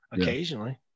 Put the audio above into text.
Occasionally